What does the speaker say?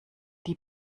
die